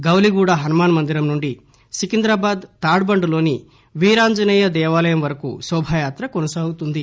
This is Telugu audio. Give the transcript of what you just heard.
గౌలిగూడ హనుమాన్ మందిరం నుంచి సికింద్రాబాద్ తాడ్ బండ్ లోని వీరాంజనేయ దేవాలయం వరకు శోభా యాత్ర కొనసాగుతుంది